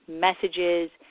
messages